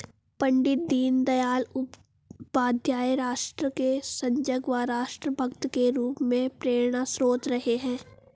पण्डित दीनदयाल उपाध्याय राष्ट्र के सजग व राष्ट्र भक्त के रूप में प्रेरणास्त्रोत रहे हैं